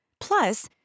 Plus